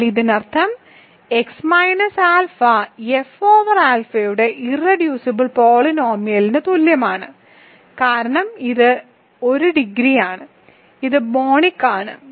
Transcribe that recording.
എന്നാൽ ഇതിനർത്ഥം x minus alpha F over ആൽഫയുടെ ഇർറെഡ്യൂസിബിൾ പോളിനോമിയലിന് തുല്യമാണ് കാരണം ഇത് 1 ഡിഗ്രിയാണ് ഇത് മോണിക് ആണ്